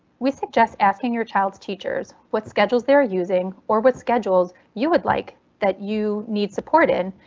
we suggest asking your child's teachers what schedules they are using or with schedules, you would like that, you need support in,